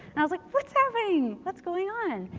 i was like, what's happening? what's going on?